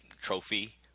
trophy